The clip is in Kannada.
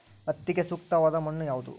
ಹತ್ತಿಗೆ ಸೂಕ್ತವಾದ ಮಣ್ಣು ಯಾವುದು?